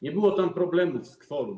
Nie było tam problemów z kworum.